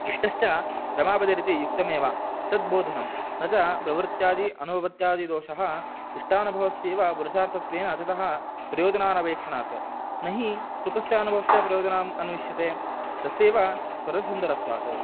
इष्टश्च रमापतिरिति युक्तमेव तद् बोधनं न च प्रवृत्यादि अनुपपत्यादि दोषः इष्टानुभवस्येव पुरुषार्थत्वेन अचतः प्रयोजनानपेक्षणात् न हि सुखस्यानुभवस्य प्रयोजनम् अन्विष्यते तस्यैव सुरसुन्दरत्वात्